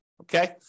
okay